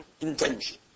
intention